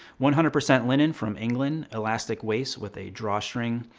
one hundred percent linen from england. elastic waist with a drawstring.